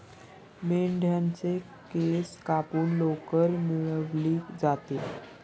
मेंढ्यांच्या केस कापून लोकर मिळवली जाते